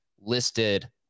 listed